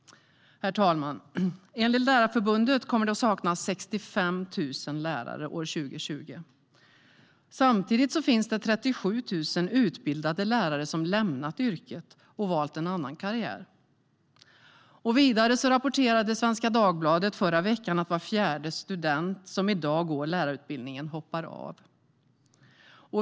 Herr talman! Enligt Lärarförbundet kommer det att saknas 65 000 lärare 2020. Samtidigt finns det 37 000 utbildade lärare som lämnat yrket och valt en annan karriär. Vidare rapporterade Svenska Dagbladet i förra veckan att var fjärde student som i dag går lärarutbildningen hoppar av.